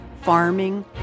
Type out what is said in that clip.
farming